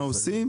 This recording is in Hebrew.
מה עושים?